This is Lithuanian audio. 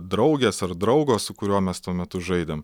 draugės ar draugo su kuriuo mes tuo metu žaidėm